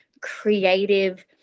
creative